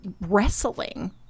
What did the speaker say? wrestling